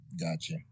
Gotcha